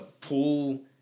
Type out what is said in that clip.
pull